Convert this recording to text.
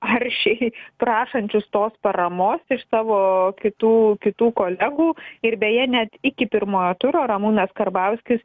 aršiai prašančius tos paramos iš savo kitų kitų kolegų ir beje net iki pirmojo turo ramūnas karbauskis